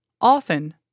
often